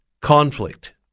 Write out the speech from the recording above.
conflict